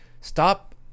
Stop